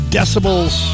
Decibels